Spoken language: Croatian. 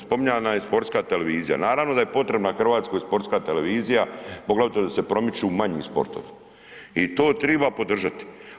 Spominjana je sportska televizija, naravno da je potrebna Hrvatskoj sportska televizija, poglavito da se promiču manji sportovi i to triba podržati.